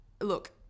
Look